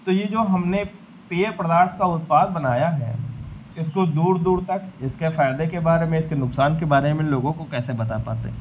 तो यह जो हमने पेय पदार्थ का उत्पाद बनाया है इसको दूर दूर तक इसके फ़ायदे के बारे में इसके नुक़सान के बारे में लोगों को कैसे बता पाते